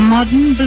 Modern